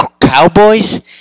Cowboys